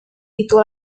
itu